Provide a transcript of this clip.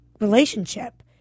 relationship